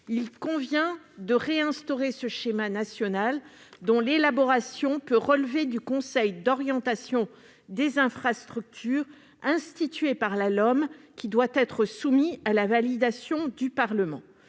Il convient de réinstaurer ce schéma national, dont l'élaboration peut relever du Conseil d'orientation des infrastructures, qui a été institué par la LOM et qui doit être soumis à la validation du Parlement.